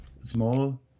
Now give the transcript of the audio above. small